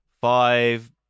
five